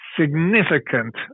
significant